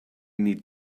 need